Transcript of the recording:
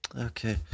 okay